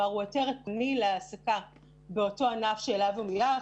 הוא היתר עקרוני להעסקה באותו ענף שאליו הוא שייך,